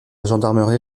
gendarmerie